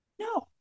no